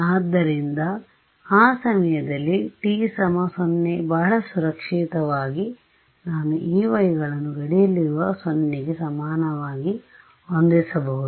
ಆದ್ದರಿಂದ ಆ ಸಮಯದಲ್ಲಿ t 0 ಬಹಳ ಸುರಕ್ಷಿತವಾಗಿ ನಾನು Ey ಗಳನ್ನು ಗಡಿಯಲ್ಲಿರುವ 0 ಗೆ ಸಮನಾಗಿ ಹೊಂದಿಸಬಹುದು